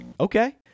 Okay